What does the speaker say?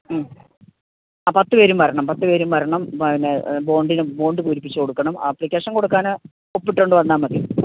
ആ പത്തു പേരും വരണം പത്തു പേരും വരണം പിന്നെ ബോണ്ട് പൂരിപ്പിച്ചു കൊടുക്കണം ആപ്പ്ളിക്കേഷൻ കൊടുക്കാന് ഒപ്പിട്ടുകൊണ്ടുവന്നാല് മതി